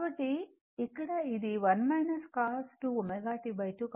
కాబట్టి ఇక్కడ ఇది 1 cos 2 ω t 2